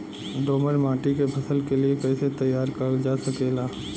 दोमट माटी के फसल के लिए कैसे तैयार करल जा सकेला?